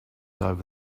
over